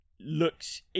looks